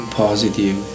positive